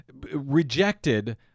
Rejected